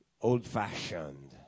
old-fashioned